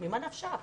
ממה נפשך?